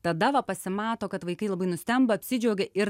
tada va pasimato kad vaikai labai nustemba apsidžiaugia ir